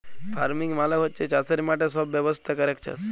farming মালে হচ্যে চাসের মাঠে সব ব্যবস্থা ক্যরেক চাস